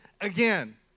again